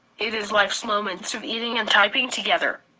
it is lifes moments of eating and typing together.